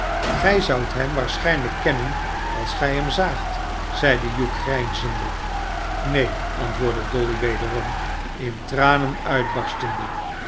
gij zoudt hem waarschijnlijk wel kennen als gij hem zaagt zeide hugh grijnzende neen antwoordde dolly wederom in tranen uitbarstende